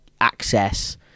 access